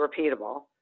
repeatable